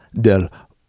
del